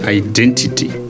identity